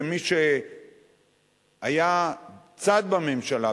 כמי שהיה צד בממשלה,